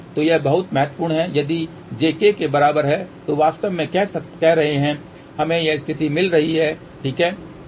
तो यह बहुत महत्वपूर्ण है यदि j k के बराबर है तो वास्तव में कह रहे है हमें यह स्थिति मिल रही है ठीक है